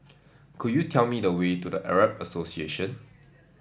could you tell me the way to The Arab Association